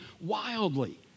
Wildly